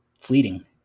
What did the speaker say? fleeting